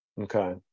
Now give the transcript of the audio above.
Okay